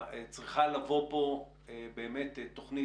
צריכה לבוא פה באמת תוכנית.